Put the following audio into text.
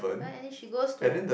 what and then she goes to